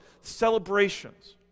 celebrations